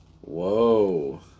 Whoa